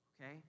okay